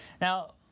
Now